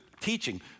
teaching